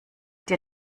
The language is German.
dir